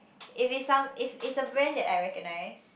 if it's some it's it's a brand that I recognize